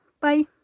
Bye